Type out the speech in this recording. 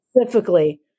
Specifically